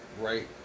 right